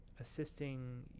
assisting